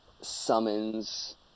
summons